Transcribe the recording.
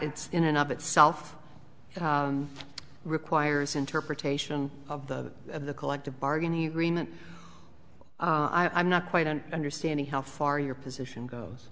it's in and of itself requires interpretation of the of the collective bargaining agreement i'm not quite an understanding how far your position goes